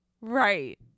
right